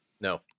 No